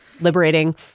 liberating